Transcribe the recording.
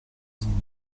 simili